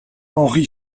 henri